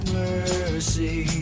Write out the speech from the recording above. mercy